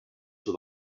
with